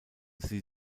sie